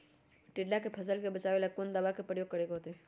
टिड्डा से फसल के बचावेला कौन दावा के प्रयोग करके होतै?